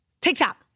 TikTok